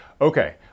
Okay